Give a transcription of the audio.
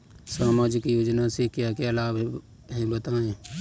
सामाजिक योजना से क्या क्या लाभ हैं बताएँ?